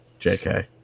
JK